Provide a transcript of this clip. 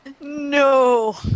No